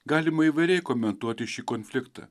galima įvairiai komentuoti šį konfliktą